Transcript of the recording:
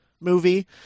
movie